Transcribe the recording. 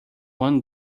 one